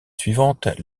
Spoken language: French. suivante